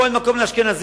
פה אין מקום לאשכנזים,